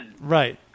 Right